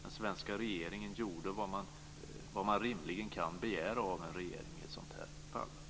Den svenska regeringen gjorde vad man rimligen kan begära av en regering i ett sådant här fall.